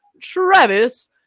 Travis